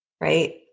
right